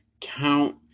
count